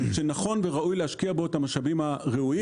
וראוי להשקיע בו את המשאבים הראויים.